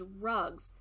drugs